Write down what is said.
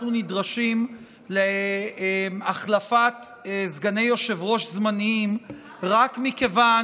אנחנו נדרשים להחלפת סגני יושב-ראש זמניים רק מכיוון